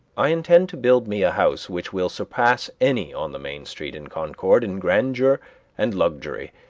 i intend to build me a house which will surpass any on the main street in concord in grandeur and luxury,